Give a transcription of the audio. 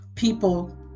people